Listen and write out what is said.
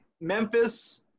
Memphis